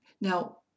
Now